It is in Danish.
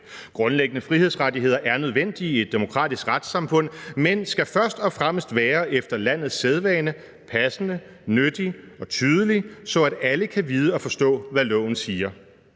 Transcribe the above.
Grundlæggende frihedsrettigheder er nødvendige i et demokratisk retssamfund, men skal først og fremmest være efter landets sædvane, passende, nyttige og tydelige, så alle kan vide og forstå, hvad loven siger.